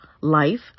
life